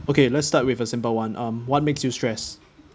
okay let's start with a simple one um what makes you stressed